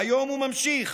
והיום הוא ממשיך,